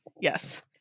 Yes